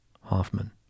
Hoffman